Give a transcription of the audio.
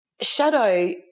shadow